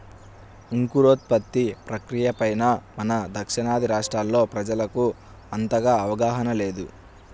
అంకురోత్పత్తి ప్రక్రియ పైన మన దక్షిణాది రాష్ట్రాల్లో ప్రజలకు అంతగా అవగాహన లేదు